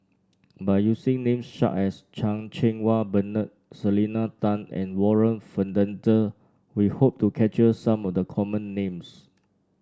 by using names such as Chan Cheng Wah Bernard Selena Tan and Warren Fernandez we hope to capture some of the common names